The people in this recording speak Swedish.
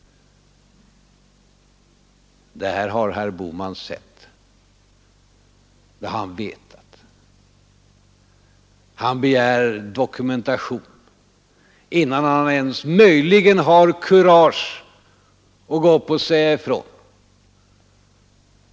Det här har herr Bohman känt till. Men han begär dokumentation innan han möjligen har kurage att gå upp och säga ifrån.